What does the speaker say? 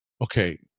Okay